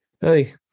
hey